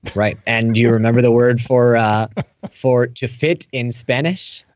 right. and do you remember the word for for to fit in spanish?